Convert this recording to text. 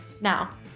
Now